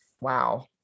wow